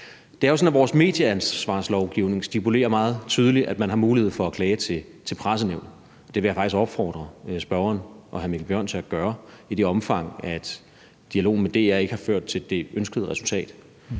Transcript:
Det er jo sådan, at vores medieansvarslovgivning stipulerer meget tydeligt, at man har mulighed for at klage til Pressenævnet, og det vil jeg faktisk opfordre spørgeren, hr. Mikkel Bjørn, til at gøre i det omfang, dialogen med DR ikke har ført til det ønskede resultat.